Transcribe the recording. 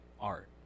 art